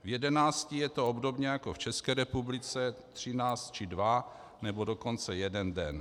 V 11 je to obdobně jako v České republice, tři či dva, nebo dokonce jeden den.